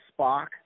Spock